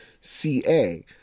CA